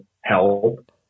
help